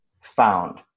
found